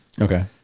Okay